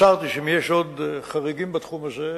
מסרתי שאם יש עוד חריגים בתחום הזה,